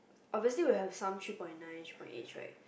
obviously will have some three point nine three point eights right